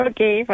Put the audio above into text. Okay